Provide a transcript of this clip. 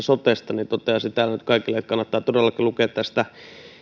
sotesta ja toteaisin täällä nyt kaikille että kannattaa todellakin lukea